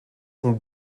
sont